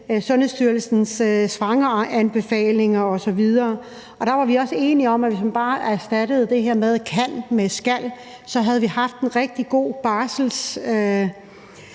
Sundhedsstyrelsens svangeranbefalinger osv. Der var vi også enige om, at hvis man bare erstattede det her »kan« med et »skal«, havde vi haft en rigtig god barsel